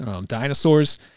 dinosaurs